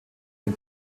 den